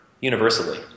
universally